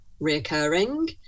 reoccurring